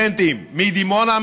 סטודנטים מדימונה,